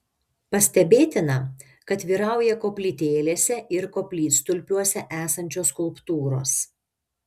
pastebėtina kad vyrauja koplytėlėse ir koplytstulpiuose esančios skulptūros